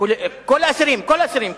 כל האסירים, כולל רוצחים?